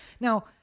now